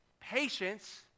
patience